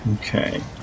Okay